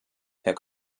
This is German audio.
herr